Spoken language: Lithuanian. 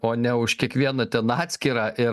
o ne už kiekvieną ten atskirą ir